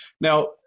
Now